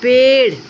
पेड़